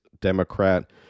Democrat